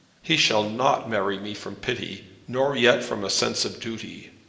he shall not marry me from pity, nor yet from a sense of duty.